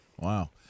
Wow